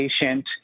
patient